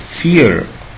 fear